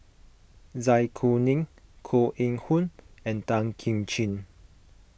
Zai Kuning Koh Eng Hoon and Tan Kim Ching